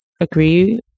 agree